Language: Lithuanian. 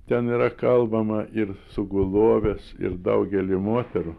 ten yra kalbama ir suguloves ir daugelį moterų